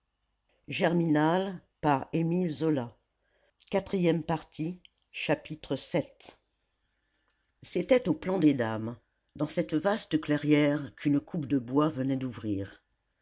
vii c'était au plan des dames dans cette vaste clairière qu'une coupe de bois venait d'ouvrir